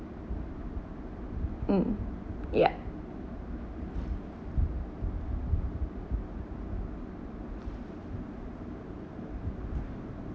mm ya